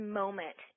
moment